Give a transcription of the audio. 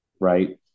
right